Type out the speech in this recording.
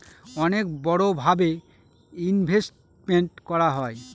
অনেক বড়ো ভাবে ইনভেস্টমেন্ট করা হয়